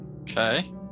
okay